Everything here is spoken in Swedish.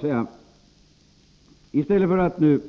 I vad gäller inflationen